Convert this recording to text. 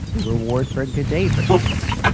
a reward for a good day, for instance,